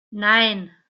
nein